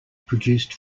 produced